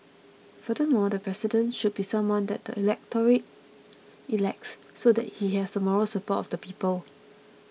furthermore the President should be someone that the electorate elects so that he has the moral support of the people